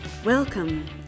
Welcome